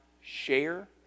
share